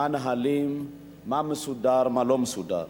מה הנהלים, מה מסודר ומה לא מסודר.